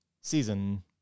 season